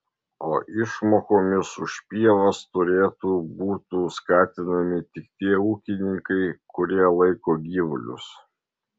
o išmokomis už pievas turėtų būtų skatinami tik tie ūkininkai kurie laiko gyvulius